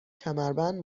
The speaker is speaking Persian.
کمربند